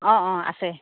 অঁ অঁ আছে